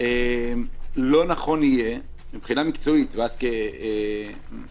לא נכון יהיה מבחינה מקצועית, את כרופאה,